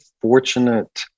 fortunate